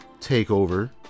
TakeOver